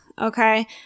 Okay